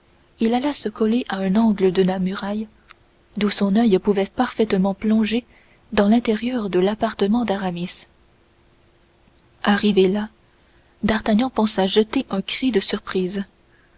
il alla se coller à un angle de la muraille d'où son oeil pouvait parfaitement plonger dans l'intérieur de l'appartement d'aramis arrivé là d'artagnan pensa jeter un cri de surprise